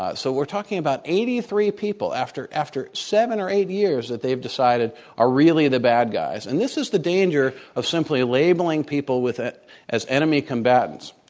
ah so we're talking about eighty three people, after after seven or eight years that they've decided are really the bad guys. and this is the danger of simply labeling people with as enemy combatants.